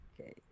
okay